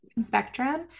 spectrum